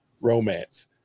romance